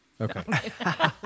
Okay